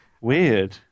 weird